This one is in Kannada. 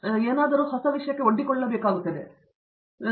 ಆದ್ದರಿಂದ ಅದರ ಬಗ್ಗೆ ಯೋಚಿಸುವ ವಿವಿಧ ಸಾಧ್ಯತೆಗಳಿವೆ